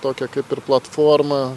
tokią kaip ir platformą